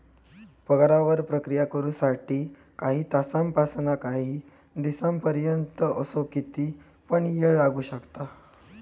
पगारावर प्रक्रिया करु साठी काही तासांपासानकाही दिसांपर्यंत असो किती पण येळ लागू शकता